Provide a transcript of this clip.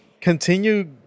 continue